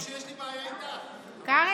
לא שיש לי בעיה איתך, אבל